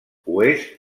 oest